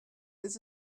this